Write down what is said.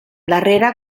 darrere